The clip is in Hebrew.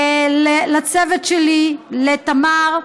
לצוות שלי, לתמר,